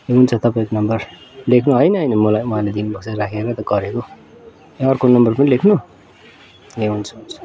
ए हुन्छ तपाईँको नम्बर लेख्नु होइन होइन मलाई उहाँले दिनुभएको छ नि राखेर त गरेको ए अर्को नम्बर पनि लेख्नु ए हुन्छ हुन्छ